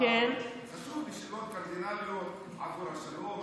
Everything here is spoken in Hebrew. חשוב לי שאלות קרדינליות עבור השלום,